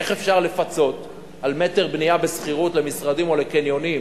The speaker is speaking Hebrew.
איך אפשר לפצות על מטר בנייה בשכירות למשרדים או לקניונים